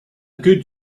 good